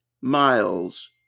miles